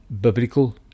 Biblical